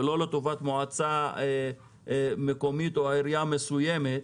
ולא לטובת מועצה מקומית או עירייה מסוימת,